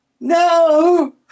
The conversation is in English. No